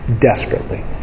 desperately